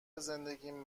زندگیم